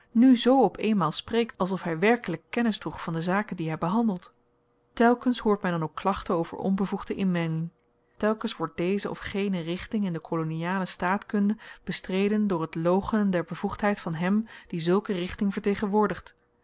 nu zoo op eenmaal spreekt alsof hy werkelyk kennis droeg van de zaken die hy behandelt telkens hoort men dan ook klachten over onbevoegde inmenging telkens wordt deze of gene richting in de koloniale staatkunde bestreden door t loochenen der bevoegdheid van hem die zulke richting vertegenwoordigt